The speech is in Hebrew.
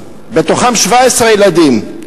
ובתוכם 17 ילדים,